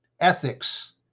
Ethics